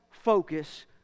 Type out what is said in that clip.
Focus